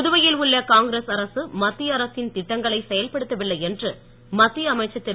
புதுவையில் உள்ள காங்கிரஸ் அரசு மத்திய அரசின் திட்டங்களை செயல்படுத்தவில்லை என்று மத்திய அமைச்சர் திரு